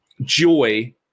joy